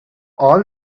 all